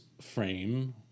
frame